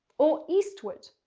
or eastward.